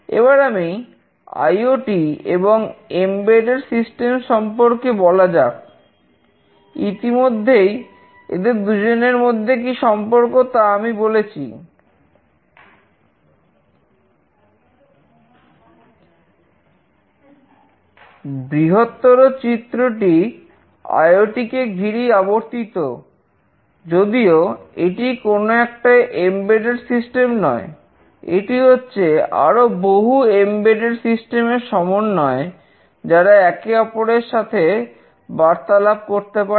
এবার আইওটি সমন্বয় যারা একে অপরের সাথে বার্তালাপ করতে পারে